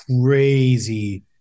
crazy